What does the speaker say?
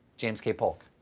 james k. polk.